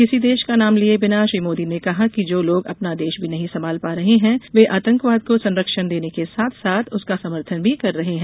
किसी का नाम लिए बिना श्री मोदी ने कहा कि जो लोग अपना देश भी नहीं संभाल पा रहे हैं वे आतंकवाद को संरक्षण देने के साथ साथ उसका समर्थन कर रहे हैं